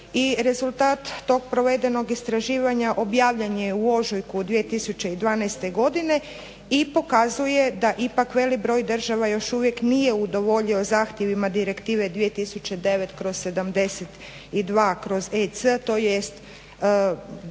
rezultat tog provedenog istraživanja objavljen je u ožujku 2012. Godine i pokazuje da ipak velik broj država još uvijek nije udovoljio zahtjevima direktive 2009./72. Kroz EC tj. trećeg